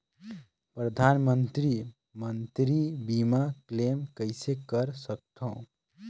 परधानमंतरी मंतरी बीमा क्लेम कइसे कर सकथव?